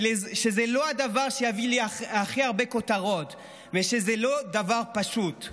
שזה לא הדבר שיביא לי הכי הרבה כותרות ושזה לא דבר פשוט,